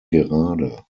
gerade